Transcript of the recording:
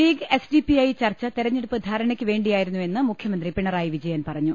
league S D P I ചർച്ച തെരഞ്ഞെടുപ്പ് ധാരണക്കു വേണ്ടിയായിരുന്നുവെന്ന് മുഖ്യമന്ത്രി പിണറായി വിജയൻ പറ ഞ്ഞു